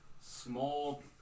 small